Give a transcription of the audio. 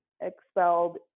expelled